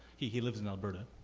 he he lives in alberta,